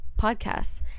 podcasts